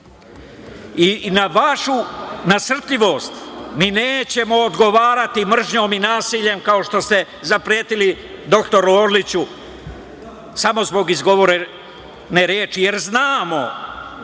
i na vašu nasrtljivost mi nećemo odgovarati mržnjom i nasiljem, kao što ste zapretili dr Orliću samo zbog izgovorene reči, jer znamo